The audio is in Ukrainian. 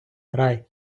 рай